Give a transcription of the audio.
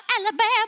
Alabama